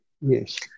yes